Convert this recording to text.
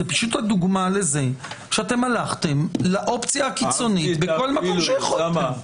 זו פשוט הדוגמה לזה שהלכתם לאופציה הקיצונית בכל מקום שיכולתם.